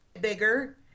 bigger